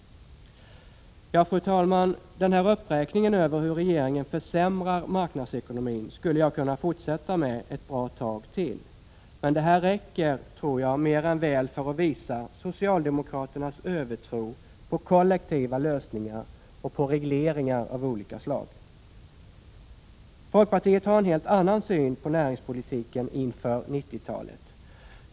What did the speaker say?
Ja, fru talman! Den här uppräkningen över hur regeringen försämrar marknadsekonomin skulle jag kunna fortsätta med ett bra tag till, men det här räcker, tror jag, mer än väl för att visa socialdemokraternas övertro på kollektiva lösningar, och på regleringar av olika slag. Folkpartiet har en helt annan syn på näringspolitiken inför 1990-talet.